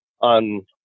on